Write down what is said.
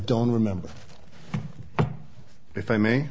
don't remember if i may